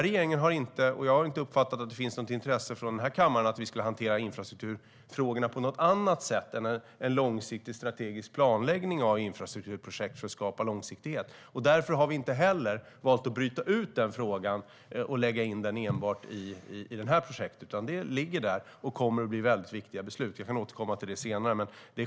Regeringen och jag har inte uppfattat att det finns något intresse från denna kammare av att vi ska hantera infrastrukturfrågorna på något annat sätt än genom långsiktig strategisk planläggning av infrastrukturprojekt för att skapa långsiktighet. Därför har vi heller inte valt att bryta ut frågan och lägga in den enbart i detta projekt, utan den ligger där. Det kommer att bli viktiga beslut, som jag kan återkomma till senare.